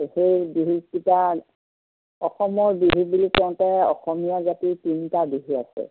সেই বিহুকেইটাত অসমৰ বিহু বুলি কওঁতে অসমীয়া জাতিৰ তিনিটা বিহু আছে